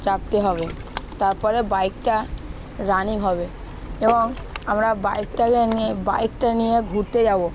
চাপতে হবে তারপরে বাইকটা রানিং হবে এবং আমরা বাইকটাকে নিয়ে বাইকটা নিয়ে ঘুরতে যাবো